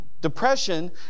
Depression